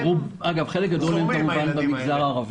אגב חלק גדול מהם הוא כמובן במגזר הערבי,